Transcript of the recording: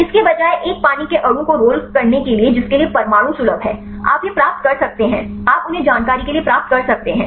इसके बजाय एक पानी के अणु को रोल करने के लिए जिसके लिए परमाणु सुलभ है आप यह प्राप्त कर सकते हैं आप उन्हें जानकारी के लिए प्राप्त कर सकते हैं